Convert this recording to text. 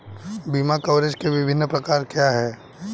बीमा कवरेज के विभिन्न प्रकार क्या हैं?